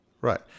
Right